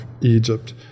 Egypt